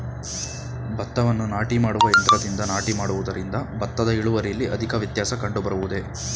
ಭತ್ತವನ್ನು ನಾಟಿ ಮಾಡುವ ಯಂತ್ರದಿಂದ ನಾಟಿ ಮಾಡುವುದರಿಂದ ಭತ್ತದ ಇಳುವರಿಯಲ್ಲಿ ಅಧಿಕ ವ್ಯತ್ಯಾಸ ಕಂಡುಬರುವುದೇ?